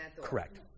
Correct